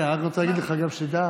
אני רק רוצה להגיד לכם, שתדע,